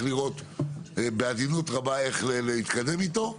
לראות בעדינות רבה איך להתקדם איתו.